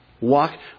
Walk